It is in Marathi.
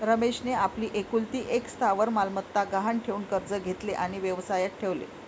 रमेशने आपली एकुलती एक स्थावर मालमत्ता गहाण ठेवून कर्ज घेतले आणि व्यवसायात ठेवले